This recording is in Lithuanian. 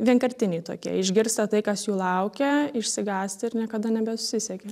vienkartiniai tokie išgirsta tai kas jų laukia išsigąsta ir niekada nebesusisiekia